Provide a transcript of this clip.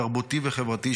תרבותי וחברתי,